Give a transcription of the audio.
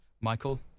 Michael